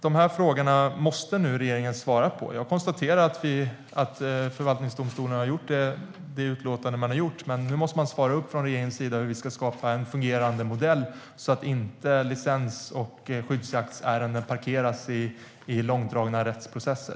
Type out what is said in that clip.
De frågorna måste nu regeringen svara på. Jag konstaterar att förvaltningsdomstolen har gjort det utlåtande som den gjort. Men nu måste man svara upp från regeringens sida om hur vi ska skapa en fungerande modell så att inte licens och skyddsjaktsärenden parkeras i långdragna rättsprocesser.